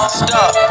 stop